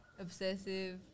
obsessive